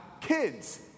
kids